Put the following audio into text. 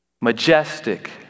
majestic